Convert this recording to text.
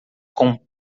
com